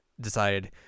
decided